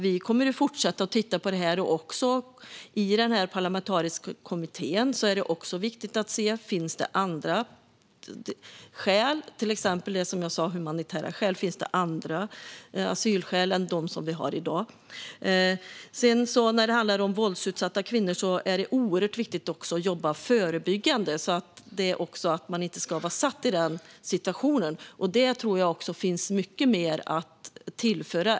Vi kommer att fortsätta att titta på det här i den parlamentariska kommittén. Viktiga frågor kan vara, som jag sa, om det finns humanitära skäl och andra asylskäl än dem vi har i dag. När det handlar om våldsutsatta kvinnor är det oerhört viktigt att också jobba förebyggande så att man inte ska vara satt i den situationen. Där tror jag att det finns mycket mer att göra.